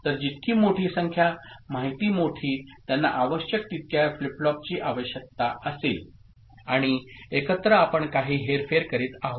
तर जितकी मोठी संख्या माहिती मोठी त्यांना आवश्यक तितक्या फ्लिप फ्लॉपची आवश्यकता असेल आणि एकत्र आपण काही हेरफेर करीत आहोत